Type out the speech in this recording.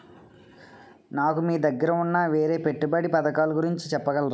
నాకు మీ దగ్గర ఉన్న వేరే పెట్టుబడి పథకాలుగురించి చెప్పగలరా?